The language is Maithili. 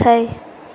छैक